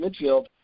midfield